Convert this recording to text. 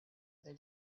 they